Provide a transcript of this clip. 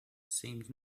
seemed